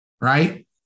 right